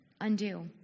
undo